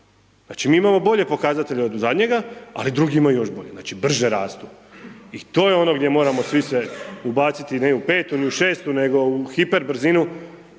Znači mi imamo bolje pokazatelje od zadnjega, ali drugi imaju još bolje, znači brže rastu. I to je ono gdje moramo svi se ubaciti ne u 5 ili 6 nego u hiper brzinu